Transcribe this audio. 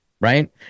right